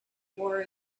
war